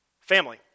Family